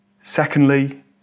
Secondly